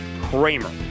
Kramer